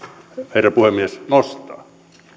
herra puhemies nostaa